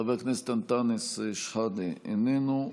חבר הכנסת אנטאנס שחאדה, איננו.